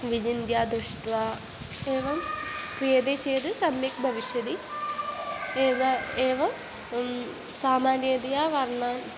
विचिन्त्य दृष्ट्वा एवं क्रियते चेद सम्यक् भविष्यति म् एव एवं सामान्यतया वर्णान्